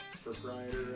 proprietor